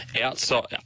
outside